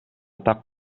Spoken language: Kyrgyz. так